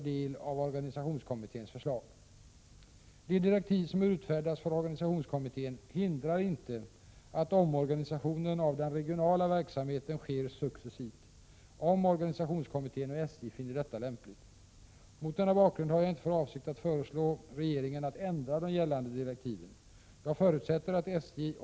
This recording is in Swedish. Är regeringen beredd att ge banverkets organisationskommitté sådana direktiv att den kan föreslå en successiv omorganisation av banverket så att inte både den centrala och den regionala omorganisationen sker samtidigt? 2.